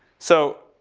so,